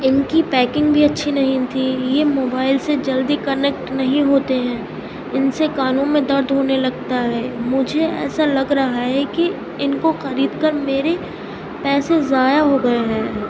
ان کی پیکنگ بھی اچھی نہیں تھی یہ موبائل سے جلدی کنیکٹ نہیں ہوتے ہیں ان سے کانوں میں درد ہونے لگتا ہے مجھے ایسا لگ رہا ہے کہ ان کو خرید کر میرے پیسے ضائع ہو گئے ہیں